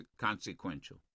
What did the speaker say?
consequential